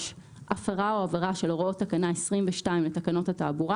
הפרה או עבירה של הוראות תקנה 22 לתקנות התעבורה